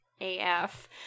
AF